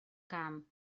camp